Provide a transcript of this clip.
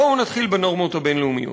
בואו נתחיל בנורמות הבין-לאומיות.